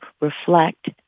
reflect